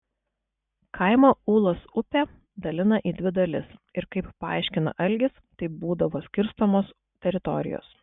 kaimą ūlos upė dalina į dvi dalis ir kaip paaiškina algis taip būdavo skirstomos teritorijos